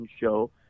show